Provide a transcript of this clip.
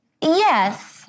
Yes